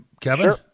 Kevin